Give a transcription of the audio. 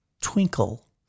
twinkle